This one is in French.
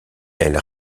elle